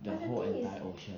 the whole entire ocean